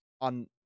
on